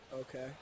Okay